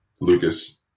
Lucas